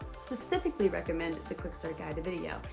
specifically recommend the quick start guide the video.